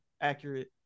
accurate